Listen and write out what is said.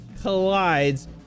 collides